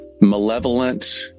malevolent